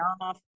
off